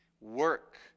work